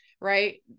right